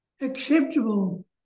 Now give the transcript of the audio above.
acceptable